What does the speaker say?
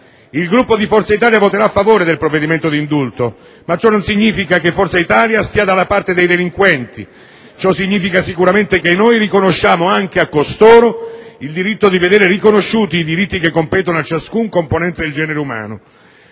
Il Gruppo di Forza Italia voterà a favore del provvedimento d'indulto, ma ciò non significa che Forza Italia sia dalla parte dei delinquenti. Significa sicuramente che noi riconosciamo anche a costoro i diritti che competono a ciascun componente del genere umano.